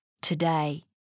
today